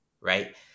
right